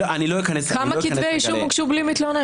כמה כתבי אישום הוגשו בלי מתלונן?